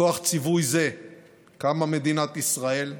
מכוח ציווי זה קמה מדינת ישראל.